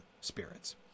spirits